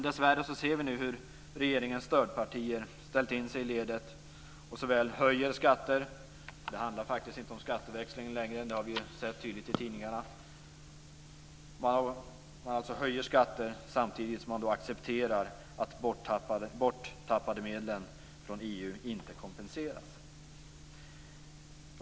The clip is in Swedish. Dessvärre ser vi nu hur regeringens stödpartier har ställt in sig i ledet och höjer skatter - det handlar faktiskt inte om skatteväxling längre, det har vi sett tydligt i tidningarna - samtidigt som de accepterar att de borttappade medlen från EU inte kompenseras.